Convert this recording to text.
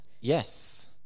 Yes